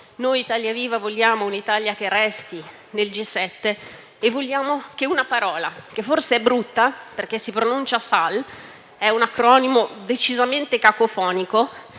di Italia Viva vogliamo un'Italia che resti nel G7 e vogliamo una parola, che forse è brutta e si pronuncia SAL: un acronimo decisamente cacofonico,